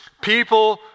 people